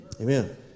Amen